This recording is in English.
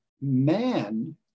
man